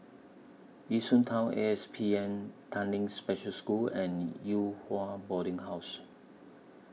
Yishun Town A S P N Tanglin Special School and Yew Hua Boarding House